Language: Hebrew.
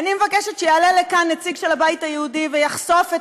אני מבקשת שיעלה לכאן נציג של הבית היהודי ויחשוף את